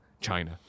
China